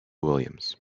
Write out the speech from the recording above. williams